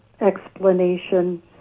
explanation